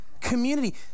Community